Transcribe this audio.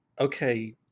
okay